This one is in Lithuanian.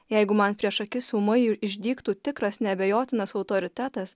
jeigu man prieš akis ūmai išdygtų tikras neabejotinas autoritetas